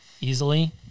easily